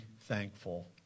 thankful